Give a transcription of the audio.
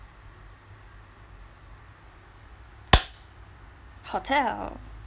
hotel